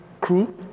crew